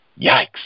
Yikes